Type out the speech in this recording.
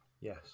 Yes